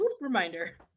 Reminder